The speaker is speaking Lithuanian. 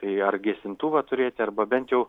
tai ar gesintuvą turėti arba bent jau